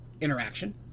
interaction